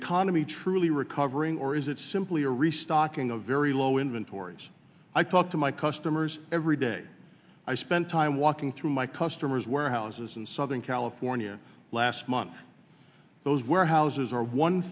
economy truly recovering or is it simply a restocking a very low inventories i talk to my customers every day i spent time walking through my customers warehouses in southern california last month those warehouses are one